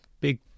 big